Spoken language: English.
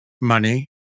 money